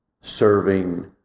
serving